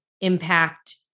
impact